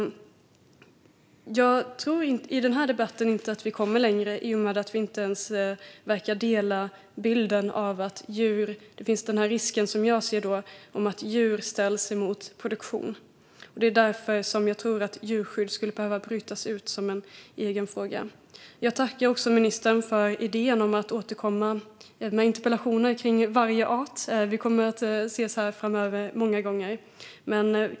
Jag tror inte att vi kommer längre i den här debatten eftersom vi inte ens verkar dela bilden att det finns en risk, som jag ser det, att djurens väl ställs mot produktion. Det är därför jag tror att djurskydd skulle behöva brytas ut som en egen fråga. Jag tackar ministern för idén om att återkomma med interpellationer om varje art. Vi kommer att ses här många gånger framöver.